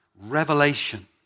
revelation